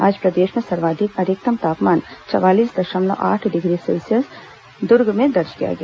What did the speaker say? आज प्रदेश में सर्वाधिक अधिकतम तापमान चवालीस दशमलव आठ डिग्री सेल्सियस दुर्ग में दर्ज किया गया